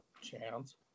Chance